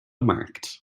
marked